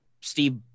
Steve